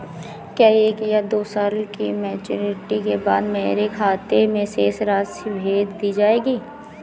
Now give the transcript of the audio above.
क्या एक या दो साल की मैच्योरिटी के बाद मेरे खाते में राशि भेज दी जाएगी?